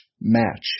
Match